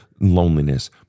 loneliness